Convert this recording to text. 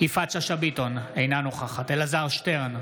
יפעת שאשא ביטון, אינה נוכחת אלעזר שטרן,